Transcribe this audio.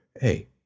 Hey